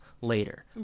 later